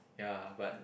ya but